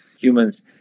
humans